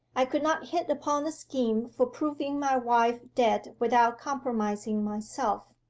i could not hit upon a scheme for proving my wife dead without compromising myself.